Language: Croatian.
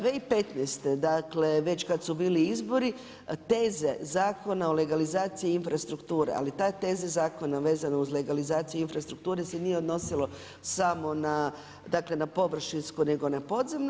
2015. dakle već kad su bili izbori teze Zakona o legalizaciji i infrastrukture, ali ta teza zakona vezana uz legalizaciju infrastrukture se nije odnosilo samo na, dakle na površinsku nego na podzemnu.